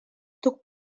took